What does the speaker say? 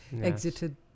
exited